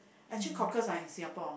actually cockles ah in Singapore